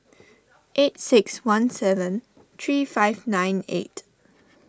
eight six one seven three five nine eight